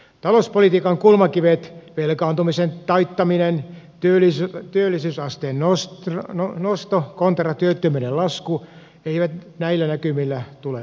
talouspolitiikan kulmakivet velkaantumisen taittaminen työllisyysasteen nosto kontra työttömyyden lasku eivät näillä näkymillä tule onnistumaan